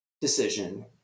decision